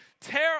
tear